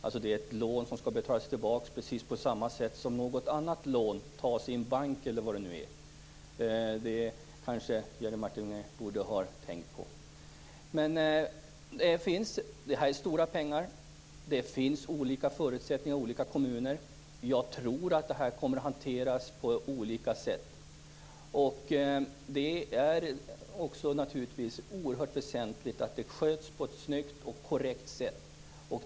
Det är ett lån som skall betalas tillbaka på samma sätt som något annat lån som tas i en bank eller vad det nu kan vara. Det kanske Jerry Martinger borde ha tänkt på. Det är stora pengar. Det finns olika förutsättningar i olika kommuner. Jag tror att detta kommer att hanteras på olika sätt. Det är naturligtvis oerhört väsentligt att det sköts på ett snyggt och korrekt sätt.